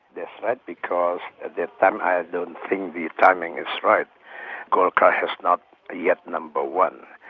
that's right, because at that time i don't think the timing is right golkar has not yet the number one.